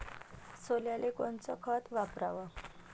सोल्याले कोनचं खत वापराव?